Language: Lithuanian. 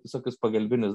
visokius pagalbinius